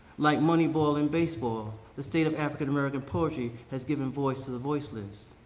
like money ball and baseball, the state of african american poetry has given voice to the voiceless.